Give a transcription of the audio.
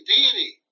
Deity